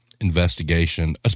investigation